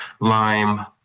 lime